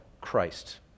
Christ